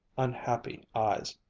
unhappy eyes.